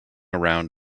around